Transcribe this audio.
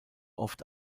oft